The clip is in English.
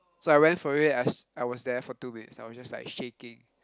so I went for it I I was there for two minutes I was just like shaking